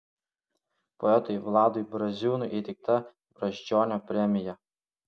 poetui vladui braziūnui įteikta brazdžionio premija